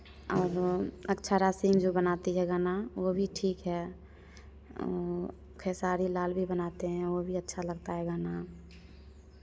और वो अक्षरा सिंह जो बनाती है गाना वो भी ठीक है खेसारी लाल भी बनाते हैं वो भी अच्छा लगता है गाना